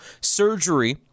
surgery